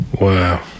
Wow